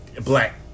black